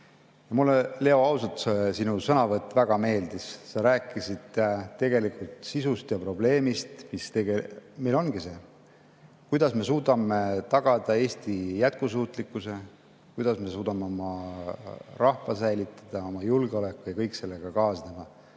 Mulle, Leo, ausalt, sinu sõnavõtt väga meeldis. Sa rääkisid tegelikult sisust ja [põhi]probleemist, mis ongi meil see, kuidas me suudame tagada Eesti jätkusuutlikkuse, kuidas me suudame oma rahva säilitada, [hoida] oma julgeolekut ja kõike sellega kaasnevat.